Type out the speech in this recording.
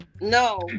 No